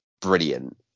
brilliant